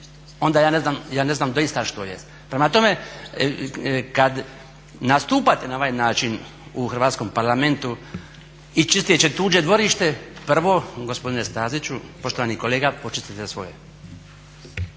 onda ja ne znam doista što je. Prema tome, kad nastupate na ovaj način u Hrvatskom parlamentu i čisteći tuđe dvorište prvo gospodine Staziću, poštovani kolega počistite svoje.